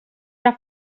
era